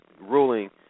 ruling